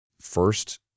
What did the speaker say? first